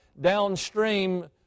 downstream